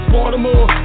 Baltimore